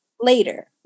later